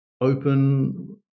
open